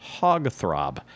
hogthrob